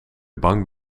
bang